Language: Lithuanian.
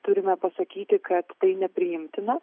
turime pasakyti kad tai nepriimtina